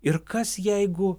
ir kas jeigu